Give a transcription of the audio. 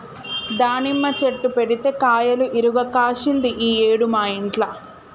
దానిమ్మ చెట్టు పెడితే కాయలు ఇరుగ కాశింది ఈ ఏడు మా ఇంట్ల